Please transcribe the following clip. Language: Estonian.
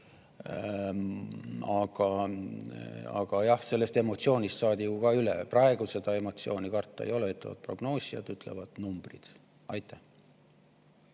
ostma. Sellest emotsioonist saadi ju ka üle. Praegu seda emotsiooni karta ei ole, ütlevad prognoosijad ja numbrid. Aitäh!